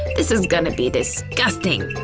this is gonna be disgusting!